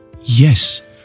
Yes